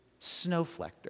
snowflector